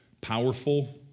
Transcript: powerful